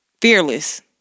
fearless